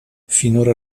finora